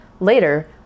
Later